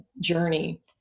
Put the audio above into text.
journey